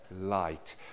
light